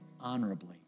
honorably